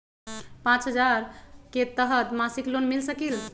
पाँच हजार के तहत मासिक लोन मिल सकील?